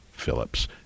phillips